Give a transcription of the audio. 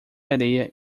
areia